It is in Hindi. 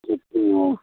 कितना